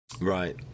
Right